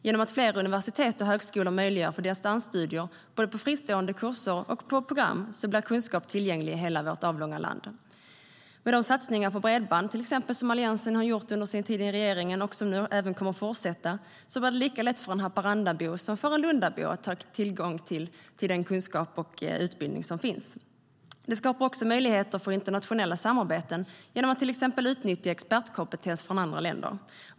Genom att fler universitet och högskolor möjliggör för distansstudier både på fristående kurser och på program blir kunskap tillgänglig i hela vårt avlånga land. Det skapar också möjlighet för internationella samarbeten genom att till exempel utnyttja expertkompetens från andra länder.